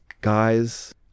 guys